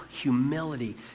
humility